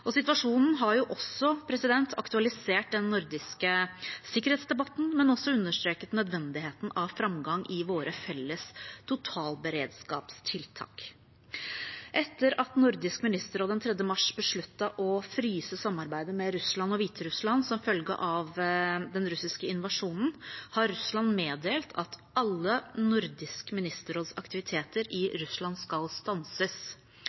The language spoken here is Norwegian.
Situasjonen har også aktualisert den nordiske sikkerhetsdebatten, men også understreket nødvendigheten av framgang i våre felles totalberedskapstiltak. Etter at Nordisk ministerråd den 3. mars besluttet å fryse samarbeidet med Russland og Hviterussland som følge av den russiske invasjonen, har Russland meddelt at alle Nordisk ministerråds aktiviteter i Russland skal stanses.